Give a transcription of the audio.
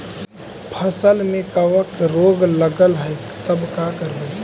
फसल में कबक रोग लगल है तब का करबै